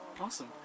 Awesome